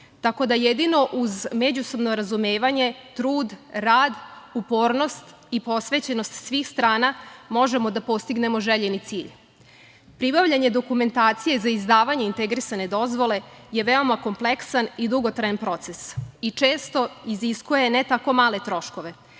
tako da jedino uz međusobno razumevanje, trud, rad, upornost i posvećenost svih strana možemo da postignemo željeni cilj. Pribavljanje dokumentacije za izdavanje integrisane dozvole je veoma kompleksan i dugotrajan proces i često iziskuje ne tako male troškove,